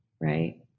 right